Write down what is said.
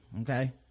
okay